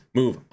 move